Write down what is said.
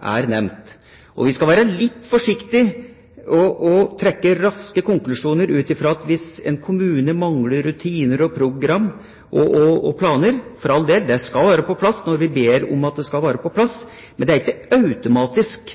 nevnt. Vi skal være litt forsiktige med å trekke raske konklusjoner ut fra det at en kommune mangler rutiner, program og planer – for all del, det skal være på plass når vi ber om at det skal være på plass, men det er ikke automatisk